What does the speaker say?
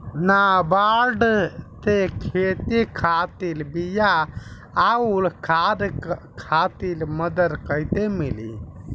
नाबार्ड से खेती खातिर बीया आउर खाद खातिर मदद कइसे मिली?